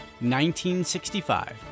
1965